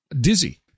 dizzy